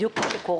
בדיוק כפי שקורה,